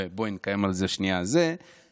ובואי נקיים על זה שנייה דיון: